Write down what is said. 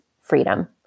freedom